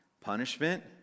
punishment